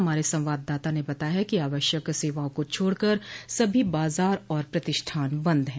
हमारे संवाददाता ने बताया है कि आवश्यक सेवाओं को छोड़कर सभी बाजार और प्रतिष्ठान बंद हैं